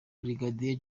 brigadier